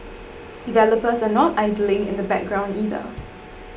developers are not idling in the background either